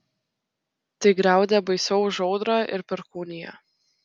tai griaudė baisiau už audrą ir perkūniją